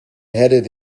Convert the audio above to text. headed